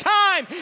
time